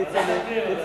כצל'ה, תבקש